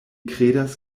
kredas